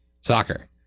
soccer